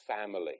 family